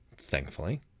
thankfully